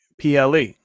PLE